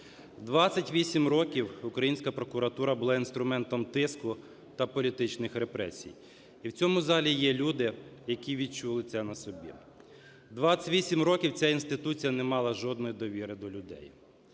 років українська прокуратура була інструментом тиску та політичних репресій. І в цьому залі є люди, які відчули це на собі. 28 років ця інституція не мала жодної довіри до людей.